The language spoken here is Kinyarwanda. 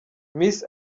miss